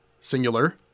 singular